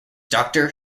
doctor